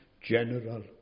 general